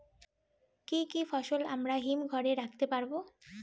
কি কি ফসল আমরা হিমঘর এ রাখতে পারব?